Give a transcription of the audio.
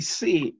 see